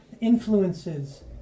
influences